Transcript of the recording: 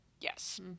Yes